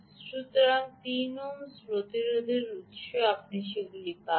সুতরাং 3 ওমস উত্স প্রতিরোধের আপনি সেগুলি পাবেন